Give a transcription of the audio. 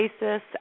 basis